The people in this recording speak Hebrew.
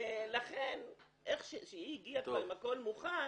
לכן, כשהיא הגיעה עם הכל מוכן